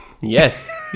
Yes